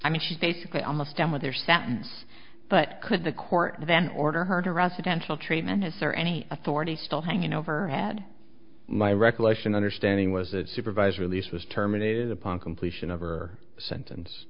i mean she's basically almost done with their sentence but could the court then order her to residential treatment is her any authority still hanging overhead my recollection understanding was that supervised release was terminated upon completion of her sentence